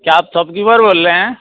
क्या आप शॉपकीपर बोल रहें हैं